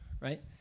right